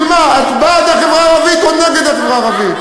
את בעד החברה הערבית או נגד החברה הערבית?